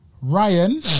Ryan